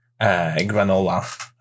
Granola